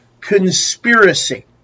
conspiracy